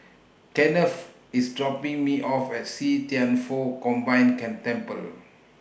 Kennth IS dropping Me off At See Thian Foh Combined Tan Temple